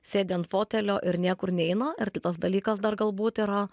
sėdi ant fotelio ir niekur neina ir kitas dalykas dar galbūt yra